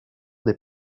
des